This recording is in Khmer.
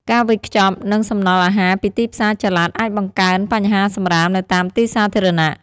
ការវេចខ្ចប់ និងសំណល់អាហារពីទីផ្សារចល័ត អាចបង្កើនបញ្ហាសំរាមនៅតាមទីសាធារណៈ។